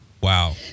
Wow